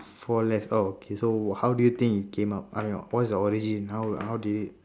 for less oh okay so how do you think it came up uh no what is the origin how how did it